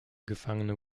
gefangene